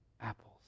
apples